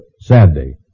Saturday